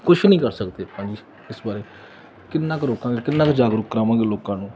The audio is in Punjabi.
ਕੁਛ ਨਹੀਂ ਕਰ ਸਕਦੇ ਆਪਾਂ ਜੀ ਇਸ ਬਾਰੇ ਕਿੰਨਾ ਕੁ ਰੋਕਾਂਗੇ ਕਿੰਨਾ ਕੁ ਜਾਗਰੂਕ ਕਰਾਵਾਂਗੇ ਲੋਕਾਂ ਨੂੰ